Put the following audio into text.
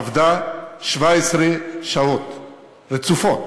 עבדה 17 שעות רצופות.